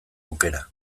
aukera